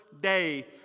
day